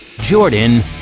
Jordan